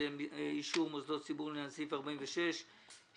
אישור מוסדות ציבור לעניין סעיף 46 שמספרה: